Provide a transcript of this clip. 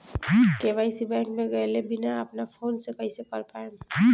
KYC bank मे गएले बिना अपना फोन से कइसे कर पाएम?